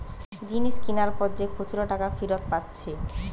জিনিস কিনার পর যে খুচরা টাকা ফিরত পাচ্ছে